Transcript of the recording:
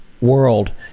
world